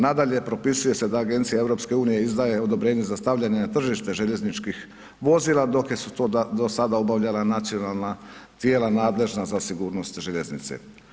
Nadalje, propisuje se da agencija EU-a izdaje odobrenje za stavljanje na tržište željezničkih vozila dok su to do sada obavljala nacionalna tijela nadležna za sigurnost željeznice.